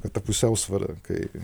kad ta pusiausvyra kai